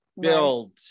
build